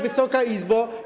Wysoka Izbo!